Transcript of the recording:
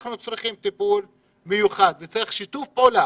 אנחנו צריכים טיפול מיוחד וצריך שיתוף פעולה